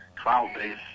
cloud-based